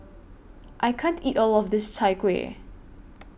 I can't eat All of This Chai Kueh